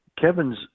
Kevin's